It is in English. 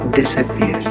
disappears